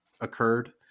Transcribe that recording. occurred